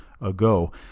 ago